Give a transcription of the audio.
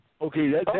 Okay